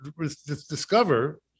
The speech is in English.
discover